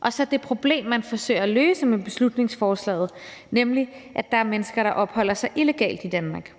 og så det problem, man forsøger at løse med beslutningsforslaget, nemlig at der er mennesker, der opholder sig illegalt i Danmark.